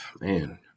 man